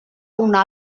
una